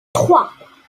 trois